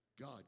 God